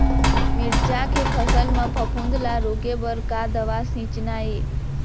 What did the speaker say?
मिरचा के फसल म फफूंद ला रोके बर का दवा सींचना ये?